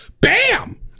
Bam